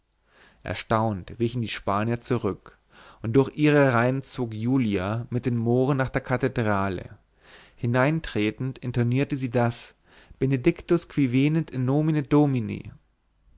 erstaunt wichen die spanier zurück und durch ihre reihen zog julia mit den mohren nach der kathedrale hineintretend intonierte sie das benedictus qui venit in nomine domini